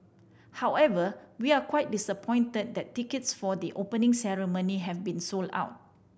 however we're quite disappointed that tickets for the Opening Ceremony have been sold out